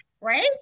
Right